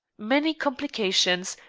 many complications,